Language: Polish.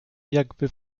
jakby